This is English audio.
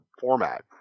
format